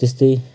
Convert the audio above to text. त्यस्तै